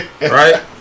Right